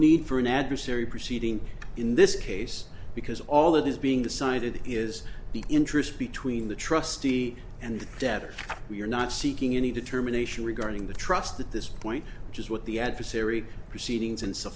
need for an adversary proceeding in this case because all that is being decided is the interest between the trustee and the debtor we are not seeking any determination regarding the trust that this point which is what the adversary proceedings and so